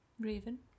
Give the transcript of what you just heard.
Raven